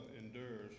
endures